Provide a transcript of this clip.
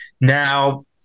Now